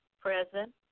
Present